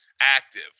active